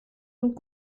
und